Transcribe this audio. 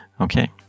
Okay